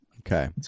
Okay